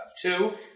Two